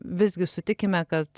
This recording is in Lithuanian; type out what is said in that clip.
visgi sutikime kad